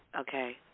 Okay